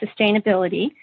sustainability